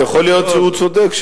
יכול להיות שהוא צודק,